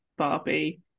Barbie